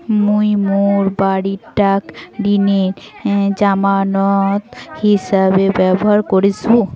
মুই মোর বাড়িটাক ঋণের জামানত হিছাবে ব্যবহার করিসু